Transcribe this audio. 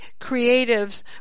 creatives